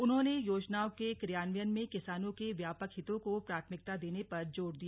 उन्होंने योजनाओं के क्रियान्वयन में किसानों के व्यापक हितों को प्राथमिकता देने पर जोर दिया